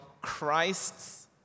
Christ's